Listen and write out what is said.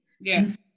Yes